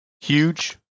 huge